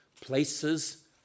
Places